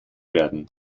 werden